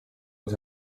het